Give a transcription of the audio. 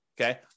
okay